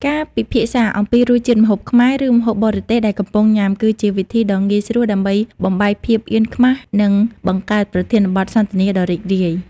ការពិភាក្សាគ្នាអំពីរសជាតិម្ហូបខ្មែរ ឬម្ហូបបរទេសដែលកំពុងញ៉ាំ គឺជាវិធីដ៏ងាយស្រួលដើម្បីបំបែកភាពអៀនខ្មាស និងបង្កើតប្រធានបទសន្ទនាដ៏រីករាយ។